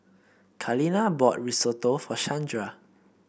Kaleena bought Risotto for Shandra